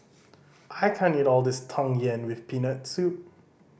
I can't eat all this Tang Yuen with Peanut Soup